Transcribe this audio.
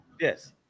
Yes